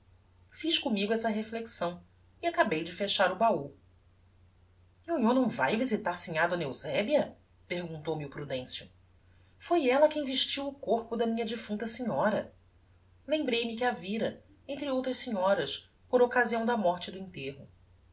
fiz commigo essa reflexão e acabei de fechar o bahú nhonhô não vae visitar sinhá d eusebia perguntou-me o prudencio foi ella quem vestiu o corpo da minha defunta senhora lembrei-me que a vira entre outras senhoras por occasião da morte e do enterro